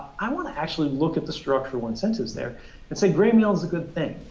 i want to actually look at the structural incentives there and say graymail is a good thing.